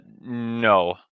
No